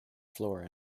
flora